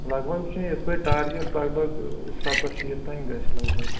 لگ بگ چھِ مےٚ یِتھ پٲٹھۍ ٹارگٮ۪ٹ لگ بگ سَتَتھ شیٖتھ تام گَژھِ لگ بگ